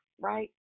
right